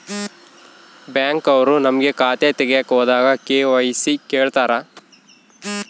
Bank ಅವ್ರು ನಮ್ಗೆ ಖಾತೆ ತಗಿಯಕ್ ಹೋದಾಗ ಕೆ.ವೈ.ಸಿ ಕೇಳ್ತಾರಾ?